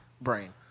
brain